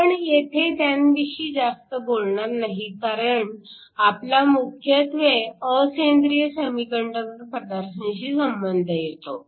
आपण येथे त्यांविषयी जास्त बोलणार नाही कारण आपला मुख्यत्वे असेंद्रिय सेमीकंडक्टर पदार्थांशी संबंध येतो